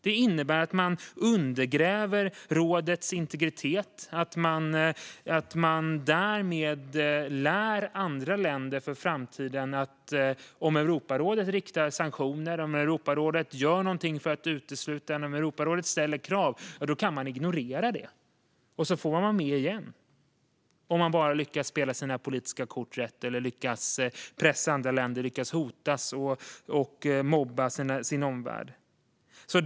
Det innebär att man undergräver rådets integritet och att man därmed för framtiden lär andra länder att om Europarådet riktar sanktioner, gör någonting för att utesluta dem eller ställer krav kan de ignorera detta och få vara med igen om de bara lyckas spela sina politiska kort rätt eller lyckas pressa andra länder och lyckas hota och mobba sin omvärld.